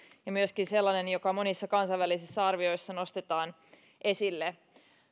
ja myöskin sellainen joka monissa kansainvälisissä arvioissa nostetaan esille